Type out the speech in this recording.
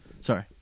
Sorry